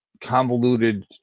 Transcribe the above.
convoluted